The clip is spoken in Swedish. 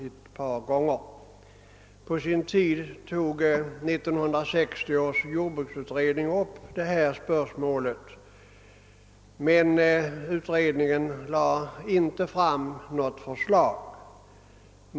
1960 års jordbruksutredning tog på sin tid upp detta spörsmål men lade inte fram något förslag.